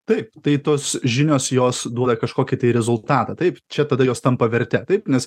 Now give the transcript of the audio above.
taip tai tos žinios jos duoda kažkokį tai rezultatą taip čia tada jos tampa verte taip nes